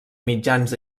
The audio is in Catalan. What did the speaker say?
mitjans